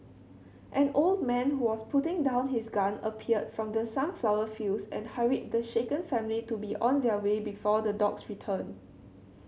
an old man who was putting down his gun appeared from the sunflower fields and hurried the shaken family to be on their way before the dogs return